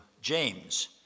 James